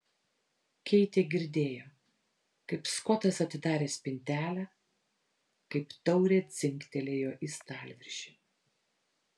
keitė girdėjo kaip skotas atidarė spintelę kaip taurė dzingtelėjo į stalviršį